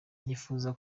nifuza